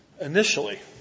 initially